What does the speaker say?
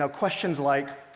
ah questions like